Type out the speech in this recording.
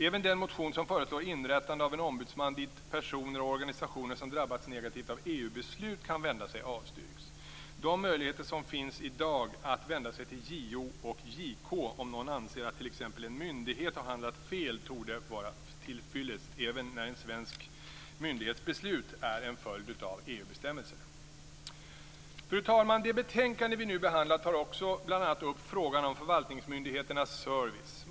Även den motion där man föreslår ett inrättande av en ombudsman dit personer och organisationer som har drabbats negativt av EU-beslut kan vända sig avstyrks. De möjligheter som i dag finns att vända sig till JO och JK om någon anser att t.ex. en myndighet har handlat fel torde vara tillfyllest även när en svensk myndighets beslut är en följd av EU Fru talman! Det betänkande som vi nu behandlar tar bl.a. också upp frågan om förvaltningsmyndigheternas service.